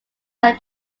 are